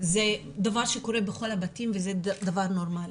זה דבר שקורה בכל הבתים וזה דבר נורמלי.